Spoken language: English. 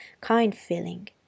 kind-feeling